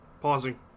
Pausing